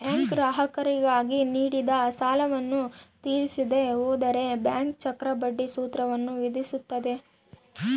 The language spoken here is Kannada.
ಬ್ಯಾಂಕ್ ಗ್ರಾಹಕರಿಗೆ ನೀಡಿದ ಸಾಲವನ್ನು ತೀರಿಸದೆ ಹೋದರೆ ಬ್ಯಾಂಕ್ ಚಕ್ರಬಡ್ಡಿ ಸೂತ್ರವನ್ನು ವಿಧಿಸುತ್ತದೆ